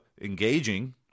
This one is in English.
engaging